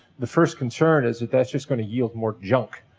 the first concern is that that's just gonna yield more junk.